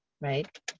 right